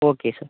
okay sir